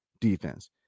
defense